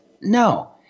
No